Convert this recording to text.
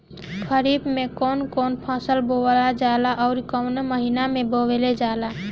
खरिफ में कौन कौं फसल बोवल जाला अउर काउने महीने में बोवेल जाला?